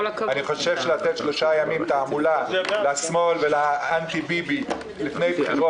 אני חושש לתת שלושה ימים תעמולה לשמאל ולאנטי ביבי לפני בחירות,